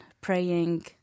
praying